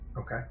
Okay